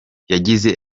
yagize